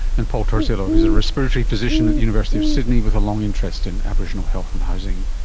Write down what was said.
and paul torzillo who is a respiratory physician at the university of sydney with a long interest in aboriginal health and housing